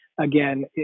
again